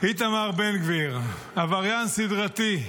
איתמר בן גביר, עבריין סדרתי,